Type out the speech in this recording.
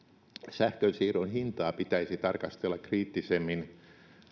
sähkönsiirron hintaa pitäisi tarkastella kriittisemmin